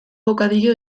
bocadillo